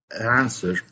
answer